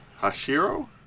Hashiro